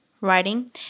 writing